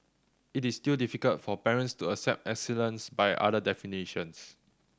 it is still difficult for parents to accept excellence by other definitions